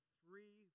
three